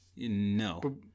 No